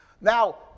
Now